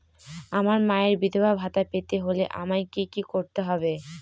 আমার মায়ের বিধবা ভাতা পেতে হলে আমায় কি কি করতে হবে?